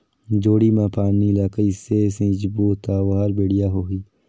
जोणी मा पानी ला कइसे सिंचबो ता ओहार बेडिया होही?